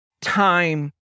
time